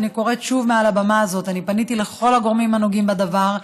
ואני קוראת שוב מעל הבמה הזאת: אני פניתי לכל הגורמים הנוגעים בדבר.